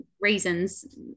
reasons